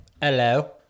Hello